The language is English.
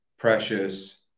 Precious